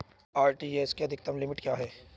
RTGS की अधिकतम limit क्या है?